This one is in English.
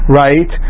right